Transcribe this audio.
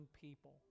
people